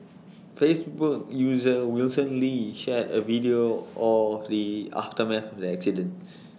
Facebook user Wilson lee shared A video of the aftermath of the accident